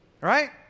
right